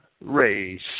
race